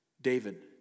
David